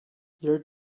your